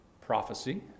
prophecy